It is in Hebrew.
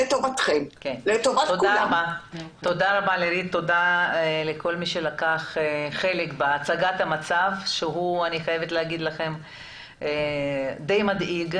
תודה לכל מי שלקח חלק בהצגת המצב שהוא די מדאיג.